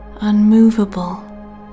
unmovable